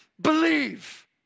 Believe